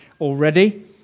already